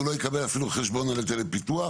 שהוא לא יקבל אפילו חשבון על היטלי פיתוח,